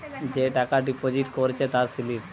যে টাকা ডিপোজিট করেছে তার স্লিপ